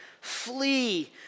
Flee